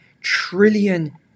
trillion